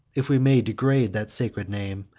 if we may degrade that sacred name,